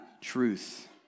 truth